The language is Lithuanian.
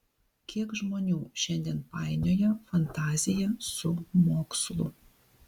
kiek žmonių šiandien painioja fantaziją su mokslu